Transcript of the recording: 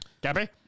Gabby